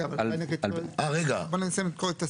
אבל אולי אני אסיים את הכול.